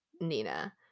Nina